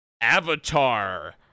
Avatar